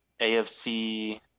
AFC